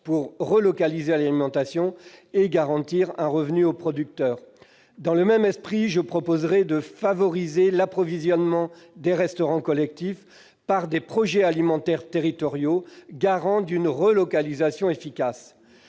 pour relocaliser l'alimentation et garantir un revenu aux producteurs. Dans le même esprit, je proposerai de favoriser l'approvisionnement des restaurants collectifs des projets alimentaires territoriaux garants d'une relocalisation efficace.